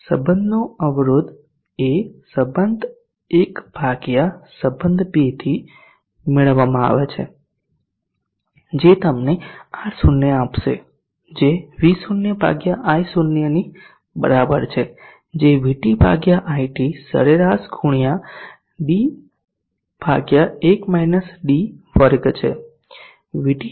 સંબધનો અવરોધ એ સંબધ 1 ભાગ્યા સંબધ 2 થી મેળવવામાં આવે છે જે તમને R0 આપશે જે V0 I0 ની બરાબર છે જે VT IT સરેરાશ ગુણ્યા d 1 d2 છે